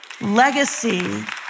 Legacy